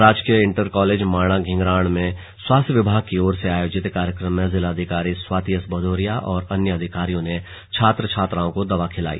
राजकीय inter college Mana Dhingharan में स्वास्थ्य विभाग की ओर से आयोजित कार्यक्रम में जिलाधिकारी स्वाति एस भदौरिया और अन्य अधिकारियों ने छात्र छात्राओं को दवा खिलाई